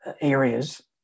areas